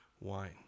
wine